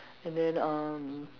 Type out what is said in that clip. and then uh